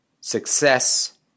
success